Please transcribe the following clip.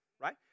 Right